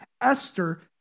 Esther